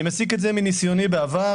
אני מסיק את זה מניסיוני בעבר,